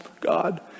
God